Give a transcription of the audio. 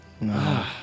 No